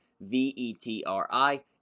V-E-T-R-I